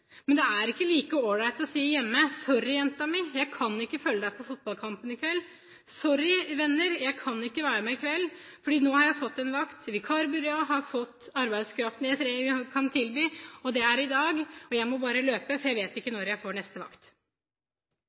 Men det er ikke like all right å si hjemme: Sorry jenta mi, jeg kan ikke følge deg på fotballkampen i kveld. Sorry venner, jeg kan ikke være med i kveld, for nå har jeg fått en vakt, vikarbyrået har fått arbeidskraften jeg kan tilby, og det er i dag. Jeg må bare løpe, for jeg vet ikke når jeg får neste vakt.